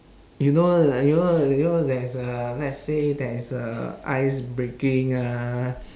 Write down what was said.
you know uh you know you know there's a let's say there is a ice breaking uh